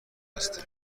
هستی